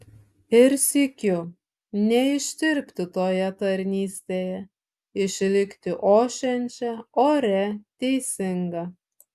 ir sykiu neištirpti toje tarnystėje išlikti ošiančia oria teisinga